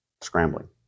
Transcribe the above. scrambling